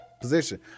position